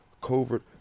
covert